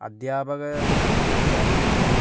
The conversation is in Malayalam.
അധ്യാപകരും അധ്യാപികമാരും